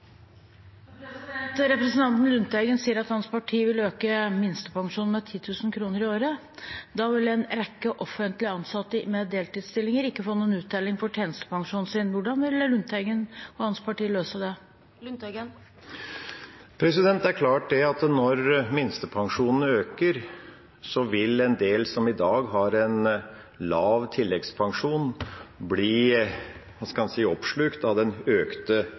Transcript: Representanten Lundteigen sier at hans parti vil øke minstepensjonen med 10 000 kr i året. Da vil en rekke offentlig ansatte med deltidsstillinger ikke få noen uttelling for tjenestepensjonen sin. Hvordan vil Lundteigen og hans parti løse det? Det er klart at når minstepensjonen øker, vil tilleggspensjonen til en del som i dag har en lav tilleggspensjon, bli «oppslukt» av den økte